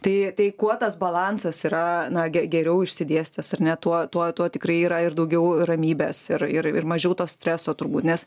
tai tai kuo tas balansas yra na geriau išsidėstęs ar ne tuo tuo tuo tikrai yra ir daugiau ramybės ir ir ir mažiau to streso turbūt nes